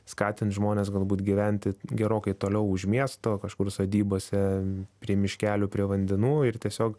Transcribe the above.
skatins žmones galbūt gyventi gerokai toliau už miesto kažkur sodybose prie miškelių prie vandenų ir tiesiog